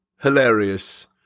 hilarious